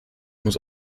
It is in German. muss